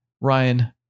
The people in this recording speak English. Ryan